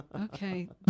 okay